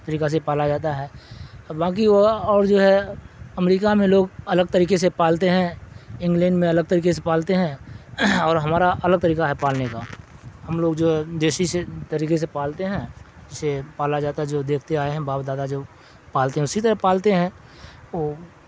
طریقہ سے پالا جاتا ہے باقی وہ اور جو ہے امریکہ میں لوگ الگ طریقے سے پالتے ہیں انگلینڈ میں الگ طریقے سے پالتے ہیں اور ہمارا الگ طریقہ ہے پالنے کا ہم لوگ جو ہے دیسی سے طریقے سے پالتے ہیں اسے پالا جاتا ہے جو دیکھتے آئے ہیں باپ دادا جو پالتے ہیں اسی طرح پالتے ہیں وہ